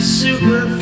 super